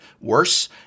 worse